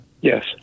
Yes